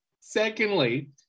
Secondly